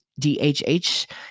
DHH